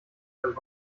beim